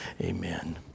Amen